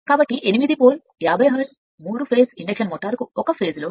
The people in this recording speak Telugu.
కాబట్టి 8 pole 50 hertz 3 phase induction motor ఒక ఫేస్ 0